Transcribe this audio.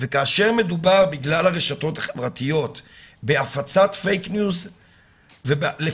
וכאשר בגלל הרשתות החברתיות מדובר בהפצת פייק ניוז ולפעמים